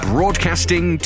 Broadcasting